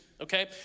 okay